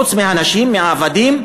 חוץ מהנשים והעבדים,